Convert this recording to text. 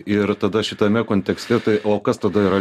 ir tada šitame kontekste tai o kas tada yra